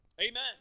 Amen